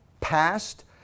passed